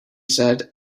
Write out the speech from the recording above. said